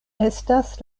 estas